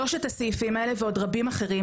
שלושת הסעיפים האלה ועוד רבים אחרים,